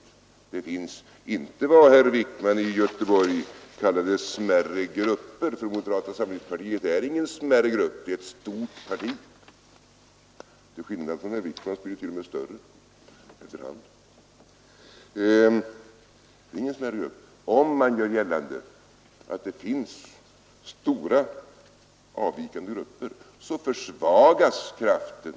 Om man gör gällande att det finns stora avvikande grupper — inte bara vad herr Wickman i Göteborg kallade smärre grupper, för moderata samlingspartiet är ingen smärre grupp; det är ett stort parti, och till skillnad från herr Wickmans blir det t.o.m. efter hand större — försvagas kraften